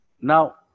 Now